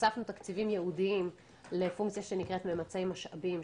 הוספנו תקציבים ייעודיים לפונקציה שנקראת ממצי משאבים,